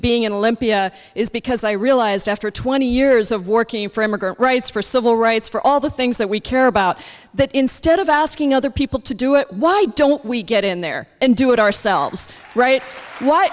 being a limpia is because i realized after twenty years of working for immigrant rights for civil rights for all the things that we care about that instead of asking other people to do it why don't we get in there and do it ourselves right wh